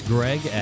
Greg